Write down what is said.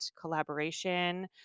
collaboration